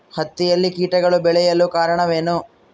ಹತ್ತಿಯಲ್ಲಿ ಕೇಟಗಳು ಬೇಳಲು ಕಾರಣವೇನು?